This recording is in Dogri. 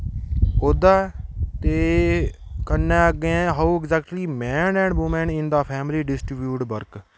ओह्दा ते कन्नै अग्गैं how exactly man and woman in the family distribute work